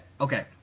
okay